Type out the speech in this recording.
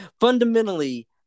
Fundamentally